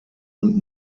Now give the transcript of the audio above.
und